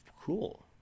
cool